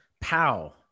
pow